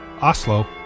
Oslo